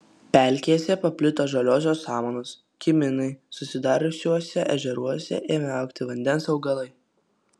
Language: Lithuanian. pelkėse paplito žaliosios samanos kiminai susidariusiuose ežeruose ėmė augti vandens augalai